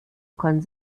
können